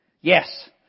Yes